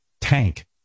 tank